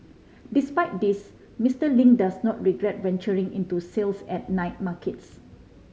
despite this Mister Ling does not regret venturing into sales at night markets